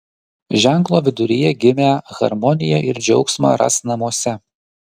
ženklo viduryje gimę harmoniją ir džiaugsmą ras namuose